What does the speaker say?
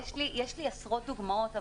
יש לי עשרות דוגמאות.